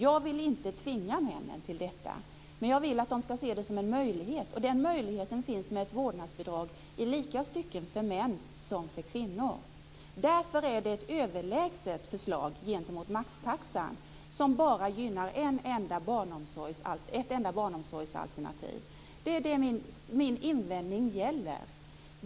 Jag vill inte att männen ska tvingas till detta val, men jag vill att de ska se det som en möjlighet. Ett vårdnadsbidrag ger den möjligheten i lika hög grad för män som för kvinnor. Därför är vårdnadsbidraget överlägset en maxtaxa, som bara gynnar ett enda barnomsorgsalternativ. Det är detta min invändning gäller.